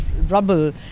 rubble